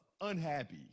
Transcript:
unhappy